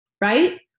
right